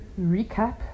recap